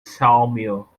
sawmill